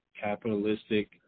capitalistic